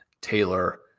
Taylor